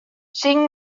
cinc